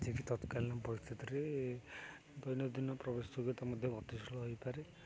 ଯେକି ତତ୍କାଳୀନ ପରିସ୍ଥିତିରେ ଦୈନନ୍ଦିନ ପ୍ରବେଶ ଯୋଗ୍ୟତା ମଧ୍ୟ ଗତିଶୀଳ ହୋଇପାରେ